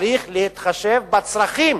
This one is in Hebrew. צריך להתחשב בצרכים